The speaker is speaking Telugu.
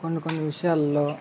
కొన్ని కొన్ని విషయాల్లో